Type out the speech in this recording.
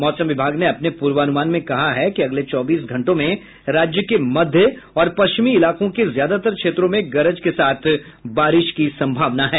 मौसम विभाग ने अपने पूर्वानुमान में कहा है कि अगले चौबीस घंटों में राज्य के मध्य और पश्चिमी इलाकों के ज्यादातर क्षेत्रों में गरज के साथ बारिश की सम्भावना है